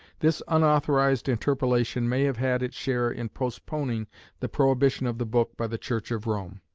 this unauthorised interpolation may have had its share in postponing the prohibition of the book by the church of rome.